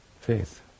faith